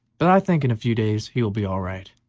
but i think in a few days he will be all right.